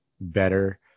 better